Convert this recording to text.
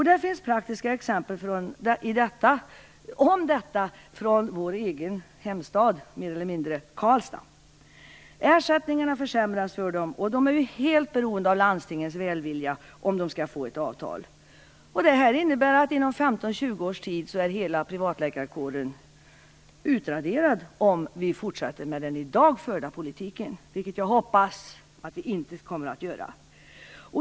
Det finns praktiska exempel på detta från vår egen hemstad Karlstad. Ersättningarna försämras för dem och de är helt beroende av landstingens välvilja om de skall få ett avtal. Det innebär att inom 15-20 års tid kommer hela privatläkarkåren att vara utraderad, om vi fortsätter med den i dag förda politiken, vilket jag hoppas att vi inte kommer att göra.